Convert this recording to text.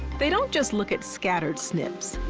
they don't just look at scattered snps.